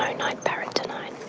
night night parrot tonight.